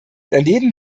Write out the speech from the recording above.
daneben